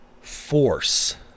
force